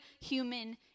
human